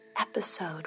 episode